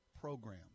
program